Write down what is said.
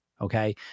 Okay